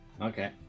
Okay